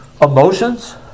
emotions